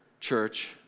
church